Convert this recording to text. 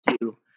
two